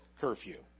curfew